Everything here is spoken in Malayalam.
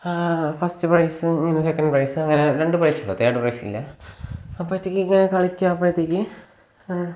ഫസ്റ്റ് പ്രൈസും പിന്നെ സെക്കൻറ്റ് പ്രൈസും അങ്ങനെ രണ്ട് പ്രൈസ് ഉണ്ട് തേഡ് പ്രൈസില്ല അപ്പോഴത്തേക്ക് ഇങ്ങനെ കളിയ്ക്കുക അപ്പോഴത്തേക്ക്